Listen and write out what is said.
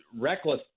reckless